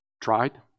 tried